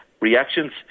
reactions